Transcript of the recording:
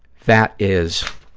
that is